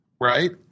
right